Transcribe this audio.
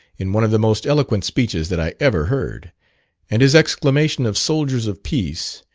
in one of the most eloquent speeches that i ever heard and his exclamation of soldiers of peace,